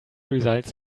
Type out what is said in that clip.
results